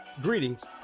Greetings